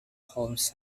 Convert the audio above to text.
holmes